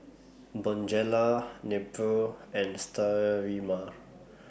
Bonjela Nepro and Sterimar